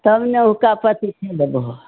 तब ने हुक्कापत्ति खेलैबहो